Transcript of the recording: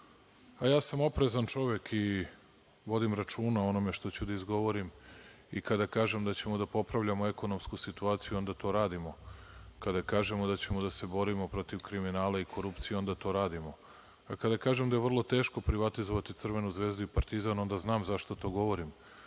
A ja sam oprezan čovek i vodim računa o onome što ću da izgovorim i kada kažem da ćemo da popravljamo ekonomsku situaciju, onda to radimo. Kada kažemo da ćemo da se borimo protiv kriminala i korupcije, onda to radimo, a kada kažem da je vrlo teško privatizovati Crvenu zvezdu i Partizan, onda znam zašto to govorim.